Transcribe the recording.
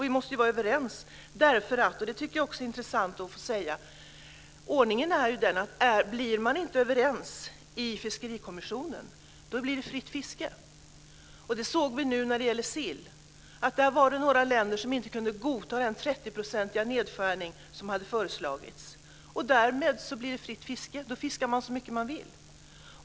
Vi måste ju vara överens, och det tycker jag också är intressant att få säga, därför att ordningen är sådan att blir man inte överens i fiskerikommissionen blir det fritt fiske. Det såg vi när det gällde sill. Några länder kunde inte godta den 30-procentiga nedskärning som hade föreslagits och därmed blir det fritt fiske. Då fiskar man så mycket man vill.